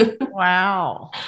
Wow